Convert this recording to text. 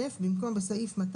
הבנתי.